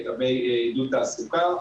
לגבי עידוד תעסוקה,